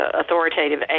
authoritative